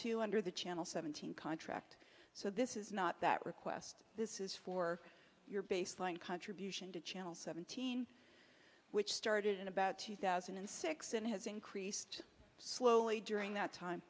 to under the channel seventeen contract so this is not that request this is for your baseline contribution to channel seventeen which started in about two thousand and six and has increased slowly during that time